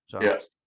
Yes